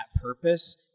purpose